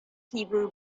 hebrew